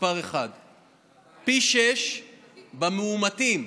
1. פי שישה במאומתים,